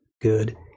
good